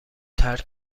ترک